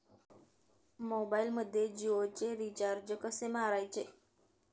मोबाइलमध्ये जियोचे रिचार्ज कसे मारायचे?